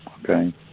Okay